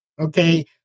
Okay